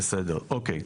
בסדר.